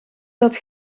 dat